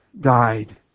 died